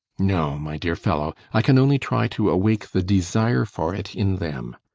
no, my dear fellow i can only try to awake the desire for it in them.